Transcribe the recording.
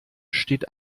steht